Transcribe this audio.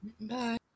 Bye